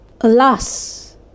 Alas